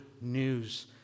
news